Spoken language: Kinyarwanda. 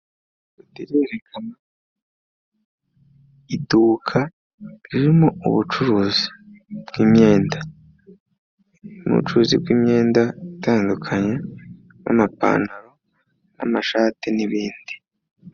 Iduka ririmo ubucuruzi bw'imyenda, mubucuruzi bw'imyenda itandukanye n'amapantaro n'amashati n'ibindi.